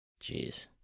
Jeez